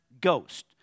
ghost